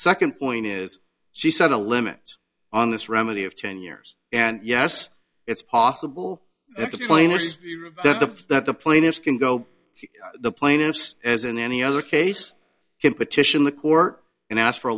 second point is she set a limit on this remedy of ten years and yes it's possible that the plaintiffs that the that the plaintiffs can go to the plaintiffs as in any other case can petition the court and ask for a